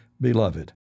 beloved